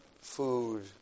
food